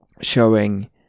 showing